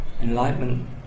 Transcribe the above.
Enlightenment